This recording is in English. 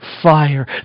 fire